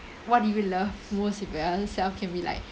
what do you love most about yourself can be like